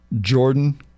Jordan